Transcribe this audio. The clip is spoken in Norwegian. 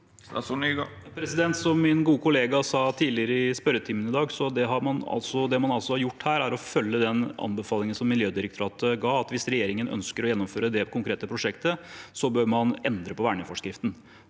Som min gode kollega sa tidligere i spørretimen i dag, er det man har gjort her, å følge den anbefalingen som Miljødirektoratet ga, at hvis regjeringen ønsker å gjennomføre det konkrete prosjektet, bør man endre verneforskriften.